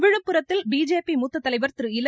விழுப்புரத்தில் பிஜேபி மூத்த தலைவர் திரு இல